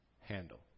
handle